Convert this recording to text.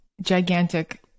gigantic